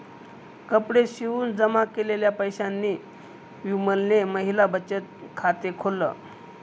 कपडे शिवून जमा केलेल्या पैशांनी विमलने महिला बचत खाते खोल्ल